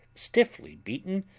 stiffly beaten,